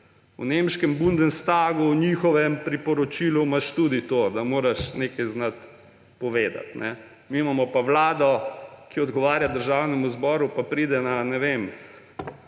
V nemškem bundestagu, njihovem priporočilu imaš tudi to, da moraš nekaj znati povedati. Mi imamo pa Vlado, ki odgovarja Državnemu zboru, pa pride, ne vem,